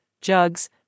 jugs